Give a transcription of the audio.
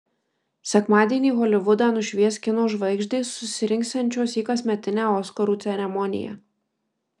sekmadienį holivudą nušvies kino žvaigždės susirinksiančios į kasmetinę oskarų ceremoniją